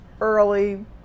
early